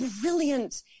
brilliant